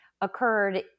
occurred